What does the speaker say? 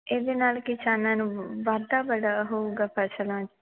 ਇਹਦੇ ਨਾਲ ਕਿਸਾਨਾਂ ਨੂੰ ਵਾਧਾ ਬੜਾ ਹੋਊਗਾ ਫਸਲਾਂ